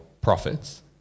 profits